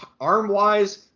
arm-wise